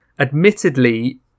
admittedly